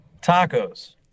Tacos